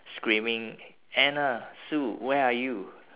screaming anna sue where are you